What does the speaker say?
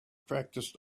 practiced